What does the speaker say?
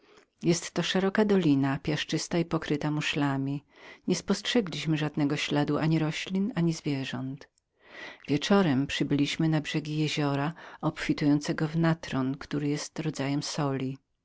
była to szeroka dolina piasczysta i pokryta muszlami nie spostrzegliśmy żadnego śladu ani roślin ani zwierząt wieczorem przybyliśmy na brzegi jeziora obfitującego w natron który jest rodzajem soli